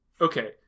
okay